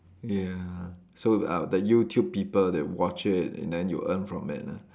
ya so uh the YouTube people they watch it and then you earn from it ah